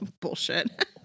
Bullshit